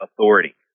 authority